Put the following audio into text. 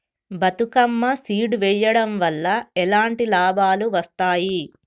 Bathukamma seed వెయ్యడం వల్ల ఎలాంటి లాభాలు వస్తాయి?